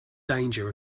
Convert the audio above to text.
danger